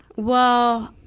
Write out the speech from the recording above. well,